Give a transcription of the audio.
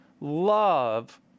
love